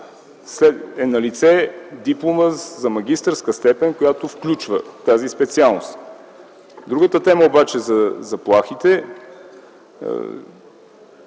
е налице диплома за магистърска степен, която включва тази специалност. Другата тема обаче – за заплахите,